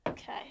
Okay